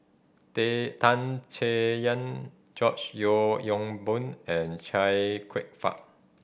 Tan Chay Yan George Yeo Yong Boon and Chia Kwek Fah